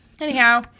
Anyhow